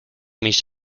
mis